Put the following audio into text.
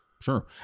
sure